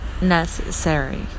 necessary